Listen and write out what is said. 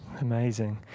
amazing